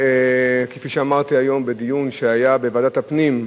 כפי שאמרתי היום בדיון שהיה בוועדת הפנים,